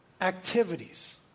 Activities